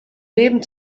leben